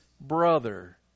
brother